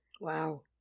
Wow